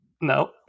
No